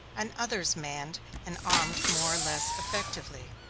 and others manned and armed more or less effectively.